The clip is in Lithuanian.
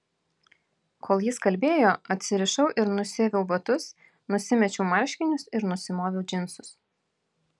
kol jis kalbėjo atsirišau ir nusiaviau batus nusimečiau marškinius ir nusimoviau džinsus